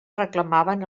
reclamaven